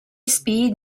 speed